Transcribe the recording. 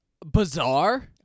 bizarre